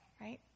right